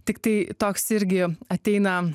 tiktai toks irgi ateina